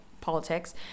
politics